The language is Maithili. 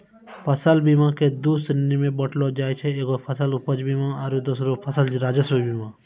फसल बीमा के दु श्रेणी मे बाँटलो जाय छै एगो फसल उपज बीमा आरु दोसरो फसल राजस्व बीमा